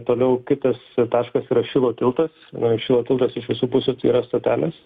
toliau kitas taškas yra šilo tiltas šilo tiltas iš visų pusių tai yra stotelės